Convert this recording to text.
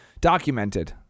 Documented